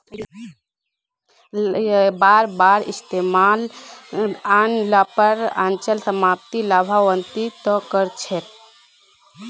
बार बार इस्तमालत आन ल पर अचल सम्पत्ति लाभान्वित त कर छेक